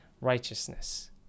righteousness